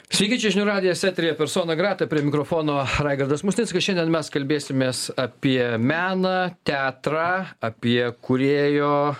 sveiki čia žinių radijas eteryje persona grata prie mikrofono raigardas musnickas šiandien mes kalbėsimės apie meną teatrą apie kūrėjo